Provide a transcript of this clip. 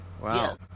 wow